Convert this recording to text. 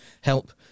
help